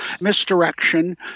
misdirection